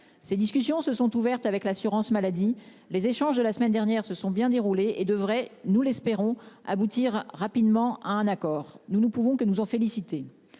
Ces discussions se sont ouvertes avec l'assurance maladie, les échanges de la semaine dernière se sont bien déroulées et devrait nous l'espérons aboutir rapidement à un accord, nous ne pouvons que nous en féliciter